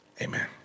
amen